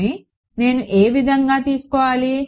Wm ని నేను ఏ విధంగా తీసుకోవాలి